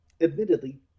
admittedly